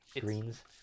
Greens